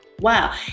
wow